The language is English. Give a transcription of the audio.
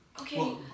okay